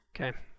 Okay